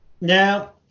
Now